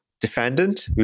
Defendant